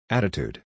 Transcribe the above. Attitude